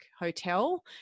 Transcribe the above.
hotel